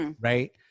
Right